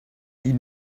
ils